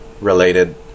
related